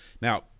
Now